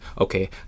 Okay